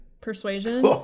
Persuasion